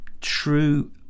true